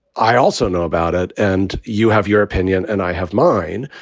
i also know about it and you have your opinion and i have mine.